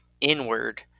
inward